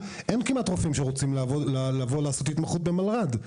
אין כמעט רופאים שרוצים לבוא לעשות התמחות במלר"ד,